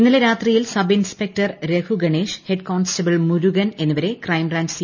ഇന്നലെ രാത്രിയിൽ sub inspector Raghu ഗൃദ്ധ്യൂൾ് ഹെഡ് കോൺസ്റ്റബിൾ മുരുകൻ എന്നിവരെ ക്രൈംബ്ലാഞ്ച് സി